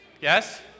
Yes